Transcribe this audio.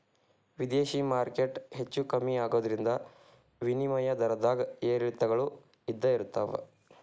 ವಿದೇಶಿ ಮಾರ್ಕೆಟ್ ಹೆಚ್ಚೂ ಕಮ್ಮಿ ಆಗೋದ್ರಿಂದ ವಿನಿಮಯ ದರದ್ದಾಗ ಏರಿಳಿತಗಳು ಇದ್ದ ಇರ್ತಾವ